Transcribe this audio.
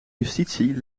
justitie